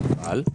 לא במפעל אחד.